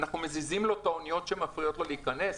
אנחנו מזיזים לו את האוניות שמפריעות לו להיכנס.